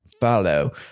follow